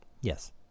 Yes